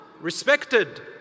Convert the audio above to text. respected